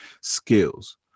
skills